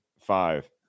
five